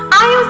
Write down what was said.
i